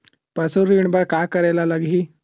पशु ऋण बर का करे ला लगही?